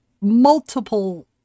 multiple